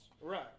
Right